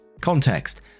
context